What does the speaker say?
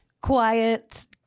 quiet